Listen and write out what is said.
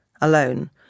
alone